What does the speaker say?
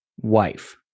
wife